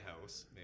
house